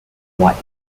white